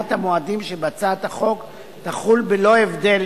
קביעת המועדים שבהצעת החוק תחול בלא הבדל